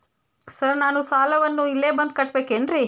Sir ನಾನು ಸಾಲವನ್ನು ಇಲ್ಲೇ ಬಂದು ಕಟ್ಟಬೇಕೇನ್ರಿ?